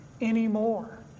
anymore